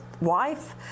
wife